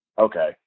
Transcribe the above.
okay